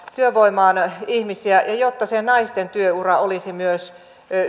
työvoimaan ihmisiä ja jotta naisten työura olisi